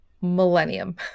millennium